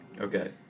Okay